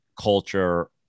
culture